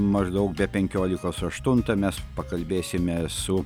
maždaug be penkiolikos aštuntą mes pakalbėsime su